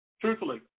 Truthfully